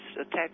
attached